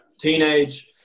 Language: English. teenage